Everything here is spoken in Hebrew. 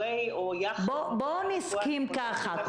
בואו נסכים ככה.